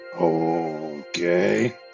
Okay